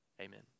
Amen